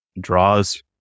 draws